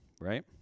Right